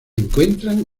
encuentran